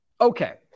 Okay